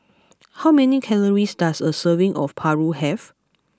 how many calories does a serving of Paru have